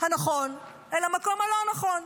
הנכון אל המקום הלא-נכון.